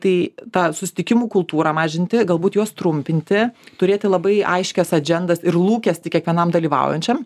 tai tą susitikimų kultūrą mažinti galbūt juos trumpinti turėti labai aiškias adžendas ir lūkestį kiekvienam dalyvaujančiam